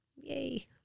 yay